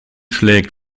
schlägt